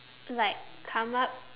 like come up